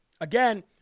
Again